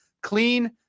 clean